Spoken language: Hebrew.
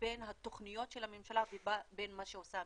לבין התוכניות של הממשלה ובין מה שעושה הממשלה.